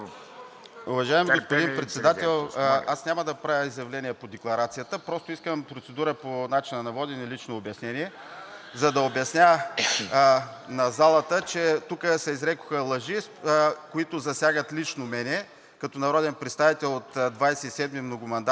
ГЬОКОВ: Господин Председател, аз няма да правя изявления по декларацията, а просто искам процедура по начина на водене – лично обяснение, за да обясня на залата, че тук се изрекоха лъжи, които засягат лично мен като народен представител от 27-ми многомандатен